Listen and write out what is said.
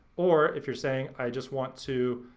or if you're saying i just want to,